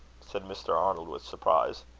said mr. arnold, with surprise.